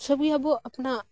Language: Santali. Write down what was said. ᱥᱚᱵᱤ ᱟᱵᱚ ᱟᱯᱱᱟᱜ